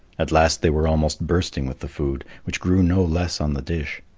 at last they were almost bursting with the food, which grew no less on the dish,